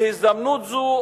בהזדמנות זו,